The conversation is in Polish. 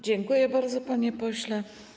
Dziękuję bardzo, panie pośle.